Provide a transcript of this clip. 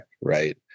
right